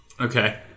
Okay